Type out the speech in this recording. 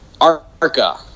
Arca